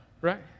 Right